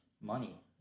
money